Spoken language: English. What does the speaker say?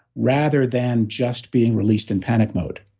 rather than just being released in panic mode